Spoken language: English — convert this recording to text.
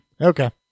Okay